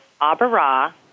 abara